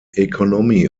economy